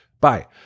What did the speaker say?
Bye